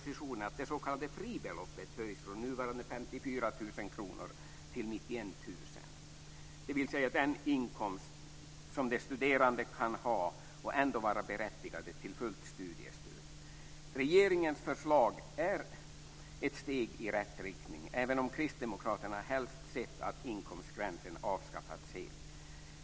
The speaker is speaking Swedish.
91 000 kr. Det är den inkomst som de studerande kan ha och ändå vara berättigade till fullt studiestöd. Regeringens förslag är ett steg i rätt riktning, även om kristdemokraterna helst sett att inkomstgränsen avskaffats helt.